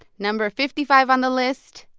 number fifty five on the list,